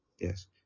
Yes